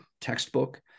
textbook